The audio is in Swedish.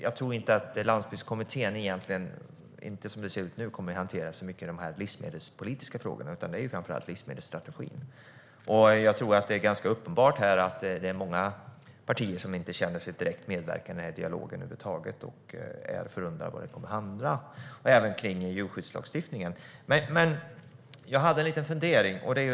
Som det ser ut nu tror jag egentligen inte att kommittén kommer att hantera de livsmedelspolitiska frågorna så mycket, utan det är framför allt livsmedelsstrategin. Det är ganska uppenbart här att det är många partier som inte känner att de medverkar direkt i dialogen över huvud taget och som därför undrar var den kommer att hamna, även när det gäller djurskyddslagstiftningen. Jag har en liten fundering.